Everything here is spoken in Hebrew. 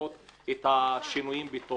לעשות את השינויים.